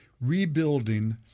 rebuilding